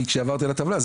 כשעברתי על הטבלה,